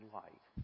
light